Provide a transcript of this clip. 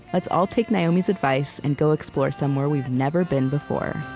let's all take naomi's advice and go explore somewhere we've never been before